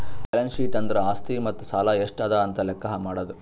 balance sheet ಅಂದುರ್ ಆಸ್ತಿ ಮತ್ತ ಸಾಲ ಎಷ್ಟ ಅದಾ ಅಂತ್ ಲೆಕ್ಕಾ ಮಾಡದು